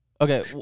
Okay